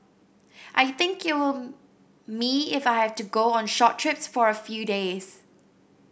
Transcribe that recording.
I think it will me if I have to go on short trips for a few days